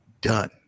done